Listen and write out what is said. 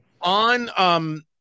on